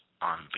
on